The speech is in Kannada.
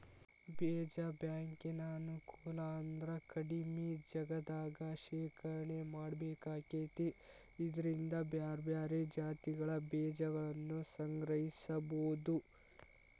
ಬೇಜ ಬ್ಯಾಂಕಿನ ಅನುಕೂಲ ಅಂದ್ರ ಕಡಿಮಿ ಜಗದಾಗ ಶೇಖರಣೆ ಮಾಡ್ಬೇಕಾಕೇತಿ ಇದ್ರಿಂದ ಬ್ಯಾರ್ಬ್ಯಾರೇ ಜಾತಿಗಳ ಬೇಜಗಳನ್ನುಸಂಗ್ರಹಿಸಬೋದು